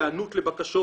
היענות לבקשות,